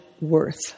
Worth